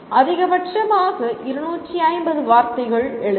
அதிகபட்சமாக 250 வார்த்தைகள் எழுதலாம்